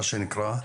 מה שנקרא,